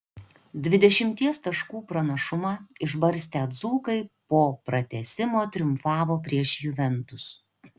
dvidešimties taškų pranašumą išbarstę dzūkai po pratęsimo triumfavo prieš juventus